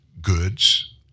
goods